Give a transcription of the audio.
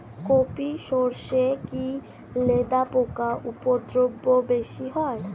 কোপ ই সরষে কি লেদা পোকার উপদ্রব বেশি হয়?